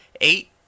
eight